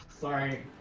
Sorry